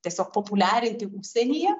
tiesiog populiarinti užsienyje